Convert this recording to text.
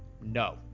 no